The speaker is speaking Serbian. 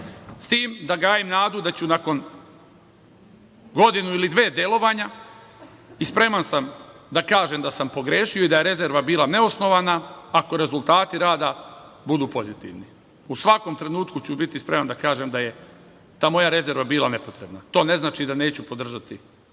S tim da gajim nadu da ću nakon godinu ili dve delovanja i spreman sam da kažem da sam pogrešio i da je rezerva bila neosnovana ako rezultati rada budu pozitivni. U svakom trenutku ću biti spreman da kažem da je ta moja rezerva bila nepotrebna. To ne znači da neću podržati taj